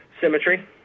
Symmetry